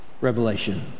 Revelation